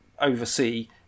oversee